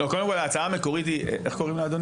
ההצעה המקורית היא לא זאת.